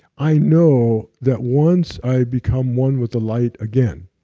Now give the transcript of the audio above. i know that once i become one with the light again,